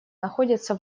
находятся